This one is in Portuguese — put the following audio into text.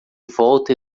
volta